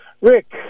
Rick